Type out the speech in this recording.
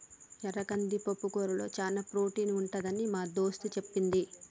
ఎర్ర కంది పప్పుకూరలో చానా ప్రోటీన్ ఉంటదని మా దోస్తు చెప్పింది